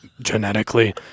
genetically